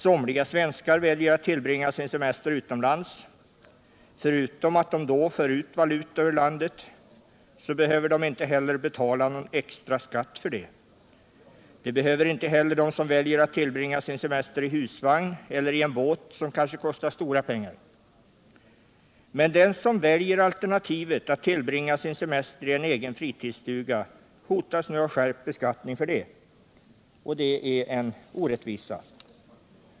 Somliga svenskar väljer att tillbringa sin semester utomlands. Förutom att de då för ut valuta ur landet behöver de inte betala någon extra skatt för detta. Det behöver inte heller de som väljer att tillbringa sin semester i husvagn eller i en båt som kanske kostat stora pengar. Men den som väljer alternativet att tillbringa sin semester i en egen fritidsstuga hotas nu av skärpt beskattning för detta, och det är en orättvisa.